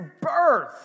birth